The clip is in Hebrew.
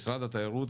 משרד התיירות,